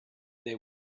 they